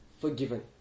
forgiven